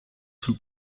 sul